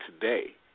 today